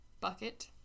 bucket